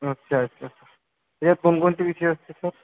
अच्छा अच्छा यात कोणकोणते विषय असते सर